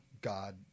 God